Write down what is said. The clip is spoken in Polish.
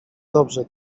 dobrze